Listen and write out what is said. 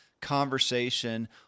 conversation